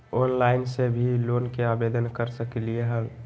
Online से भी loan के आवेदन कर सकलीहल?